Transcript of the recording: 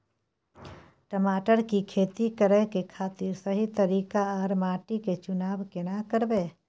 टमाटर की खेती करै के खातिर सही तरीका आर माटी के चुनाव केना करबै?